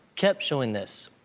kept showing this